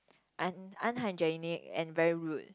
un~ unhygienic and very rude